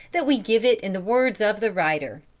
that we give it in the words of the writer